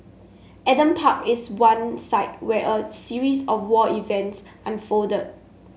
Adam Park is one site where a series of war events unfolded